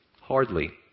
Hardly